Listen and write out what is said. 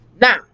Now